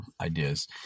ideas